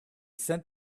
sent